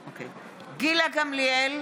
(קוראת בשמות חברי הכנסת) גילה גמליאל,